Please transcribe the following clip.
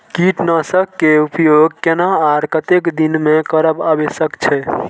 कीटनाशक के उपयोग केना आर कतेक दिन में करब आवश्यक छै?